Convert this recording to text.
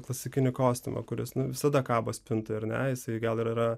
klasikinį kostiumą kuris nu visada kabo spintoj ar ne jisai gal ir yra